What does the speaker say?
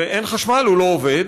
ואם אין חשמל הוא לא עובד,